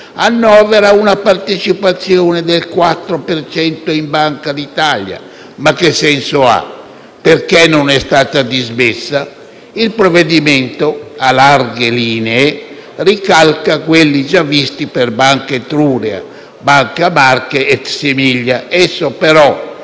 annovera una partecipazione del 4 per cento in Banca d'Italia. Ma che senso ha? Perché non è stata dismessa? Il provvedimento ricalca a larghe linee quelli già visti per Banca Etruria, Banca Marche *et similia*.